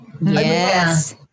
Yes